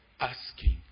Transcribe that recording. asking